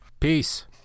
Peace